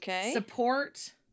Support